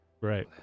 Right